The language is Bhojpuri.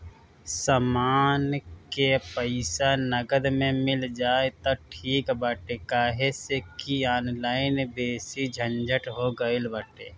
समान के पईसा नगद में मिल जाई त ठीक बाटे काहे से की ऑनलाइन बेसी झंझट हो गईल बाटे